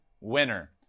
winner